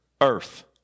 earth